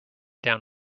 down